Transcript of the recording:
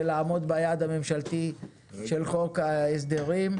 לעמוד ביעד הממשלתי של חוק ההסדרים.